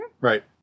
Right